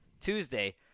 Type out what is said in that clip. Tuesday